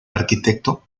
arquitecto